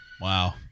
Wow